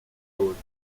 woods